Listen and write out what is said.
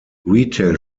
retail